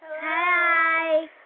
Hi